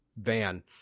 van